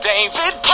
David